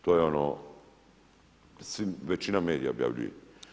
To je ono, većina medija objavljuje.